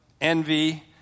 envy